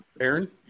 Aaron